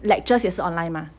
lectures 也是 online 吗